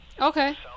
Okay